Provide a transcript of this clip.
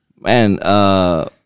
Man